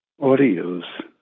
audios